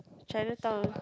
Chinatown